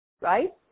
Right